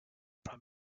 prime